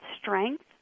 strength